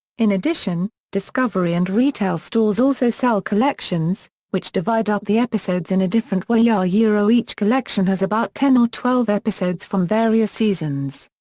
in addition, discovery and retail stores also sell collections which divide up the episodes in a different way ah ah each collection has about ten or twelve episodes from various seasons.